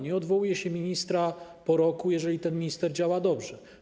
Nie odwołuje się ministra po roku, jeżeli ten minister działa dobrze.